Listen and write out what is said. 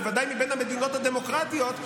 בוודאי מבין המדינות הדמוקרטיות,